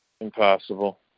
Impossible